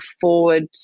forward